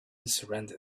surrender